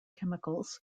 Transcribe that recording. chemicals